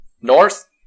north